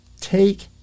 take